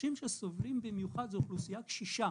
האנשים שסובלים במיוחד זו אוכלוסייה קשישה.